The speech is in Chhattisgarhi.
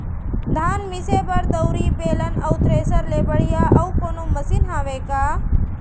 धान मिसे बर दउरी, बेलन अऊ थ्रेसर ले बढ़िया अऊ कोनो मशीन हावे का?